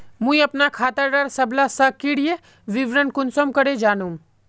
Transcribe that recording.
मुई अपना खाता डार सबला सक्रिय विवरण कुंसम करे जानुम?